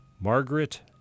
Margaret